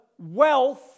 wealth